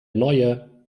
neue